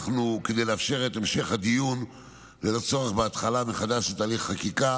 כדי לאפשר את המשך הדיון ללא צורך בהתחלה מחדש של תהליך החקיקה